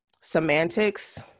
semantics